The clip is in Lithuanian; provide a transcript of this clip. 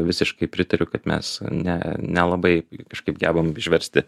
visiškai pritariu kad mes ne nelabai kažkaip gebam išversti